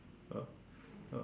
ah ah